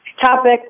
topic